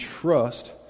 trust